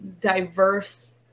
diverse